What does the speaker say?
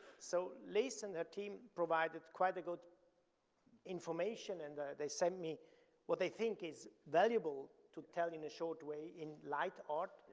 so liz and her team provided quite a good information and they send me what they think is valuable to tell in a short way in light art,